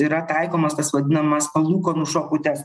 yra taikomas tas vadinamas palūkanų šakutes